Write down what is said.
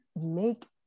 make